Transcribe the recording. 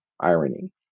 irony